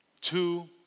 two